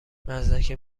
مزدک